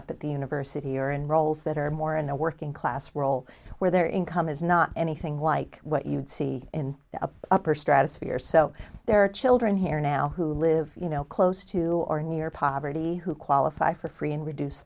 up at the university or in roles that are more in a working class world where their income is not anything like what you'd see in the upper stratosphere so there are children here now who live you know close to or near poverty who qualify for free and reduce